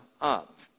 up